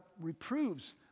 reproves